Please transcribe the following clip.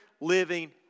living